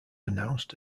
announced